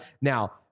Now